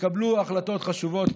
קבלו החלטות חשובות.